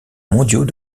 mondiaux